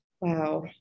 wow